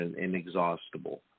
inexhaustible